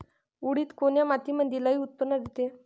उडीद कोन्या मातीमंदी लई उत्पन्न देते?